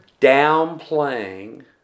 downplaying